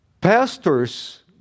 Pastors